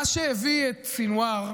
מה שהביא את סנוואר,